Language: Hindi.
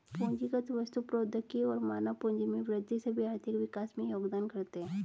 पूंजीगत वस्तु, प्रौद्योगिकी और मानव पूंजी में वृद्धि सभी आर्थिक विकास में योगदान करते है